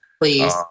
Please